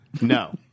No